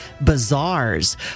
bazaars